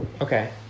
Okay